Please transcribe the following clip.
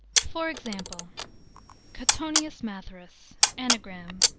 for example cottonius matherus. anagram.